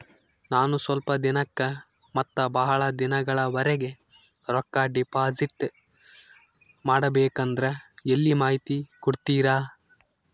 ನಾನು ಸ್ವಲ್ಪ ದಿನಕ್ಕ ಮತ್ತ ಬಹಳ ದಿನಗಳವರೆಗೆ ರೊಕ್ಕ ಡಿಪಾಸಿಟ್ ಮಾಡಬೇಕಂದ್ರ ಎಲ್ಲಿ ಮಾಹಿತಿ ಕೊಡ್ತೇರಾ?